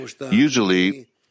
Usually